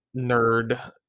nerd